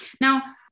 Now